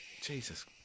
Jesus